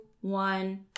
one